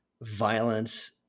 violence